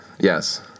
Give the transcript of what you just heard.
Yes